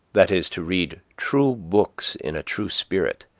that is, to read true books in a true spirit,